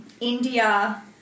India